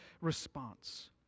response